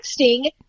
texting